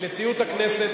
נשיאות הכנסת,